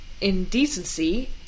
indecency